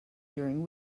during